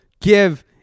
give